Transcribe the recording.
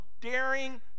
daring